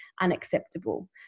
unacceptable